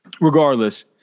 Regardless